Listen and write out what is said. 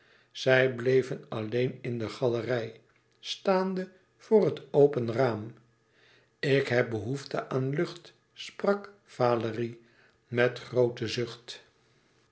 zij bleven alleen in de galerij staande voor het open raam ik heb behoefte aan lucht sprak valérie met een grooten zucht